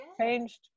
changed